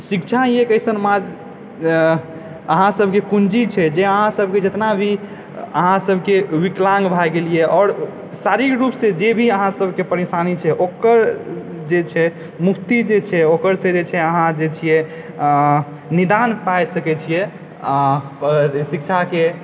शिक्षा ही एक एसन मा अहाँसभके कुञ्जी छै जे अहाँ सभकऽ जितना भी अहाँसभके विकलाङग भए गेलीय आओर शारीरिक रूपसे जे भी अहाँ सभके परेशानी छै ओकर जे छै मुक्ति जे छै ओकर जे छै अहाँ जे छियै आँ निदान पा सकैत छियै आँ आओर शिक्षाके